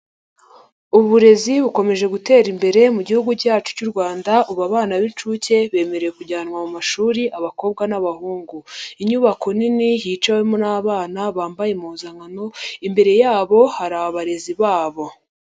Uburezi bukomeje gutera imbere mu gihugu cyacu cy'u Rwanda, ubu abana b'inshuke bemerewe kujyanwa mu mashuri abakobwa n'abahungu. Inyubako nini hicawemo n'abana bambaye impuzankano, imbere yabo hari abarezi babo.